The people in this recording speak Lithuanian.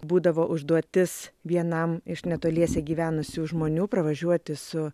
būdavo užduotis vienam iš netoliese gyvenusių žmonių pravažiuoti su